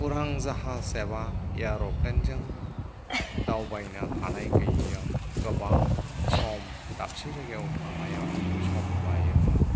उरां जाहाज एबा एयारफ्लेन जों दावबायनो हानाय गैयैआव गोबां सम दाबसे जायगायाव थांनायाव सम लायोमोन